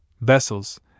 vessels